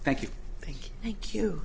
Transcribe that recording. thank you thank you